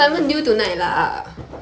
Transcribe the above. burden 得要命